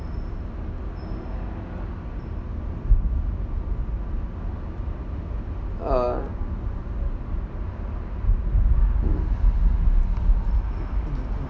err